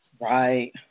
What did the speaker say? Right